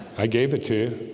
i gave it to